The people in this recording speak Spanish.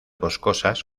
boscosas